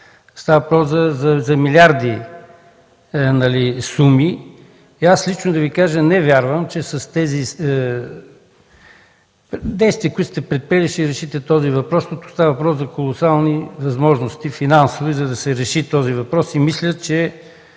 Става въпрос за милиарди суми. И аз лично да Ви кажа, не вярвам, че с тези действия, които сте предприели, ще решите този въпрос, защото става въпрос за колосални финансови възможности, за да се реши този въпрос. Мисля, че